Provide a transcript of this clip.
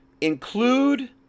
Include